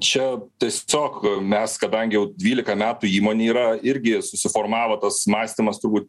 čia tiesiog mes kadangi jau dvylika metų įmonė yra irgi susiformavo tas mąstymas turbūt